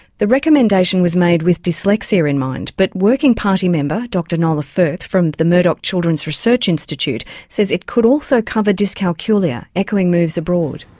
the recommendation was made with dyslexia in mind but working party member dr nola firth from the murdoch children's research institute says it could also cover dyscalculia, echoing moves abroad.